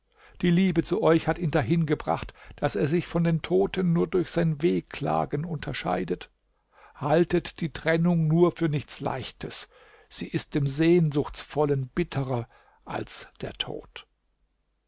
die liebe zu euch hat ihn dahin gebracht daß er sich von den toten nur durch sein wehklagen unterscheidet haltet die trennung nur für nichts leichtes sie ist dem sehnsuchtsvollen bitterer als der tod